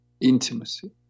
intimacy